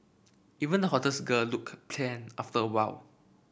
even the hottest girl looked after awhile